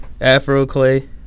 Afro-Clay